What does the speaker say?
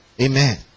Amen